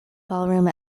ballroom